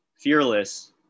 fearless